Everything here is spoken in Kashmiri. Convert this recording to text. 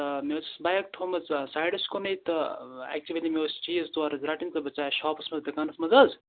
تہٕ مےٚ حظ ٲسۍ بایَک تھٲومٕژ سایڈَس کُنٕے تہٕ اٮ۪کچُؤلی مےٚ اوس چیٖز زٕ ژور رَٹٕنۍ تہٕ بہٕ ژایاس شاپَس منٛز دُکانَس منٛز حظ